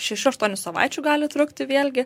šešių aštuonių savaičių gali trukti vėlgi